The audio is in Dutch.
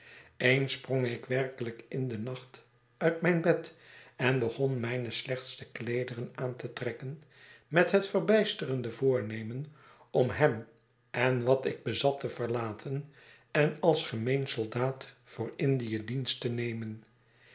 eens sprong ik werkelijk in den nacht uit mijn bed en begon mijne slechtste kleederen aan te trekken met het verbijsterde voornemen om hem en wat ik bezat te verlaten en als gemeen soldaat voor indie dienst te nemen